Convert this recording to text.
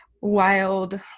wild